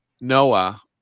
Noah